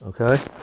okay